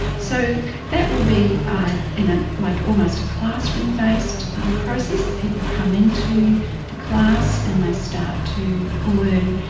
so that will be in a like almost a classroom based process, that people come in to the class and they start to learn,